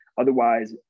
Otherwise